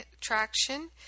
traction